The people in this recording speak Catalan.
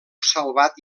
salvat